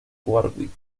warwick